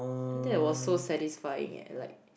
that was so satisfying eh like